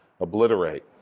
obliterate